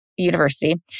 University